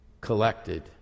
collected